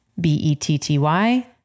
b-e-t-t-y